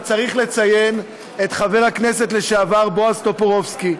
וצריך לציין את חבר הכנסת לשעבר בועז טופורובסקי,